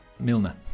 Milner